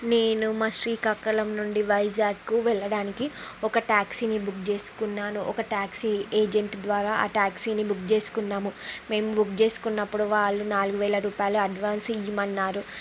నేను మా శ్రీకాకుళం నుండి వైజాగ్కు వెళ్ళడానికి ఒక ట్యాక్సీని బుక్ చేసుకున్నాను ఒక ట్యాక్సీ ఏజెంట్ ద్వారా ఆ ట్యాక్సీని బుక్ చేసుకున్నాము మేము బుక్ చేసుకున్నప్పుడు వాళ్ళు నాలుగు వేల రూపాయలు అడ్వాన్స్ ఇవ్వమన్నారు